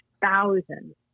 thousands